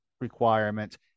requirement